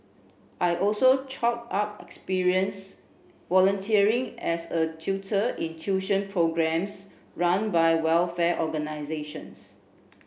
I also chalked up experience volunteering as a tutor in tuition programmes run by welfare organisations